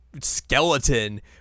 skeleton